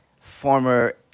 former